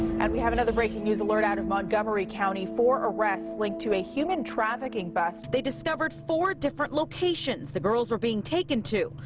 and we have another breaking news alert out of and montgomery county. four arrests linked to a human trafficking bust. they discovered four different locations the girls were being taken to.